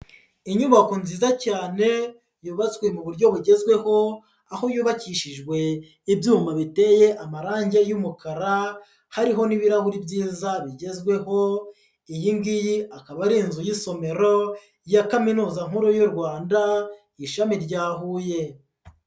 Inyubako nziza cyane, yubatswe mu buryo bugezweho, aho yubakishijwe ibyuma biteye amarange y'umukar,a hariho n'ibirahuri byiza bigezweho, iyi ng'iyi akaba ari inzu y'isomero, ya kaminuza nkuru y'u Rwanda, ishami rya Huye.